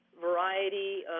variety